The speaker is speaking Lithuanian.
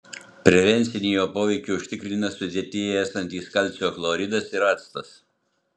prevencinį jo poveikį užtikrina sudėtyje esantis kalcio chloridas ir actas